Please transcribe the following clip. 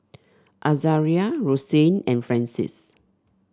Azaria Rosanne and Francis